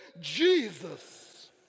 Jesus